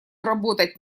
работать